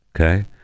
okay